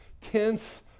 tense